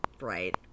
right